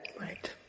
Right